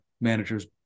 manager's